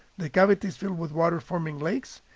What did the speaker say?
the cavities fill with water forming lakes,